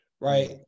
right